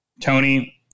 Tony